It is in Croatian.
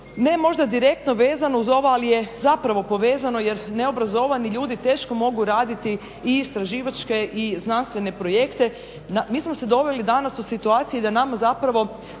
Ne možda direktno vezano uz ovo ali je povezano jer neobrazovani ljudi teško mogu raditi i istraživačke i znanstvene projekte, mi smo se doveli danas u situaciju da nama gotovo